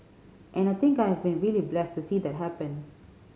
and I think I have been really blessed to see that happen